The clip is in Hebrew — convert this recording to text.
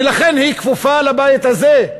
ולכן היא כפופה לבית הזה.